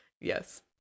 Yes